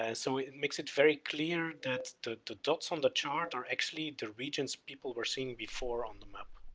ah so it makes it very clear that the the dots on the chart are actually the regions people were seeing before on the map.